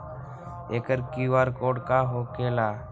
एकर QR code का होकेला?